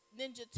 ninja